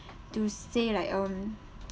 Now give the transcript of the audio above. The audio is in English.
to say like um